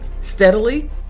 steadily